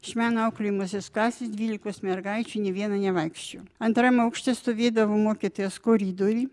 iš mano auklėjamosios klasės dvylikos mergaičių nė viena nevaikščiojo antram aukšte stovėdavo mokytojas koridoriuj